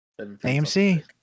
AMC